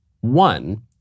one